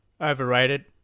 Overrated